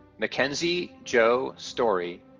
mackenzie jo storie,